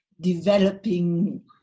developing